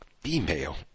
female